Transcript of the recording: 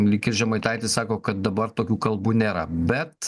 lyg ir žemaitaitis sako kad dabar tokių kalbų nėra bet